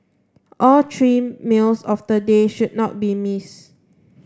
all three meals of the day should not be missed